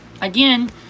Again